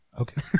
Okay